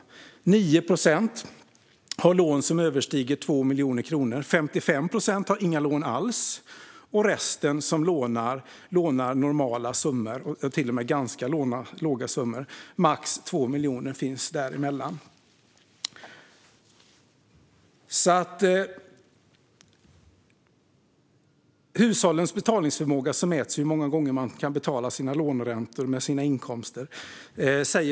9 procent har lån som överstiger 2 miljoner kronor. 55 procent har inga lån alls, och resten som lånar normala summor, till och med ganska små summor, max 2 miljoner, finns däremellan. Hushållens betalningsförmåga mäts i hur många gånger man kan betala sina låneräntor med sina inkomster.